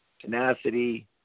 tenacity